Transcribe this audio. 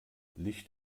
licht